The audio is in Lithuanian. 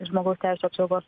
žmogaus teisių apsaugos